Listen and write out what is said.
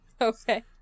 Okay